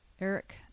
eric